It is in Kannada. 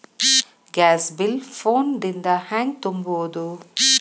ಗ್ಯಾಸ್ ಬಿಲ್ ಫೋನ್ ದಿಂದ ಹ್ಯಾಂಗ ತುಂಬುವುದು?